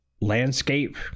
landscape